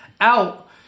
out